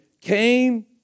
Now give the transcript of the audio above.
came